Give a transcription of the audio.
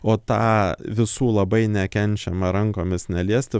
o tą visų labai nekenčiamą rankomis neliesti